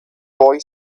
boy